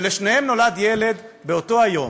ולשניהם נולד ילד באותו היום.